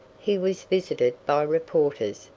he was visited by reporters,